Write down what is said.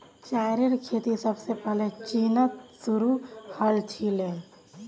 चायेर खेती सबसे पहले चीनत शुरू हल छीले